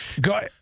Go